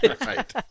Right